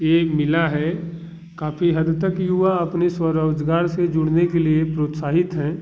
ये मिला है काफ़ी हद तक युवा अपने स्वरोज़गार से जुड़ने के लिए प्रोत्साहित हैं